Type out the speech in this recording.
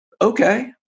Okay